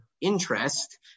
interest